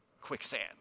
quicksand